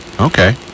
okay